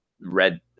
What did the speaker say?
Red